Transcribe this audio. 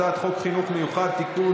הצעת חוק חינוך מיוחד (תיקון,